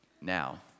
Now